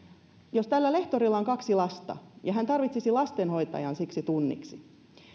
tällä lehtorilla on kaksi lasta ja hän tarvitsisi lastenhoitajan siksi tunniksi